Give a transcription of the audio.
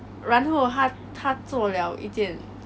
the 整个 class hor 跳起来 leh